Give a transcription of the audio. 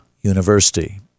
University